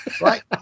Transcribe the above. Right